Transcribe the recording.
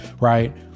right